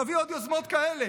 תביא עוד יוזמות כאלה.